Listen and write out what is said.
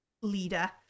leader